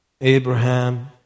Abraham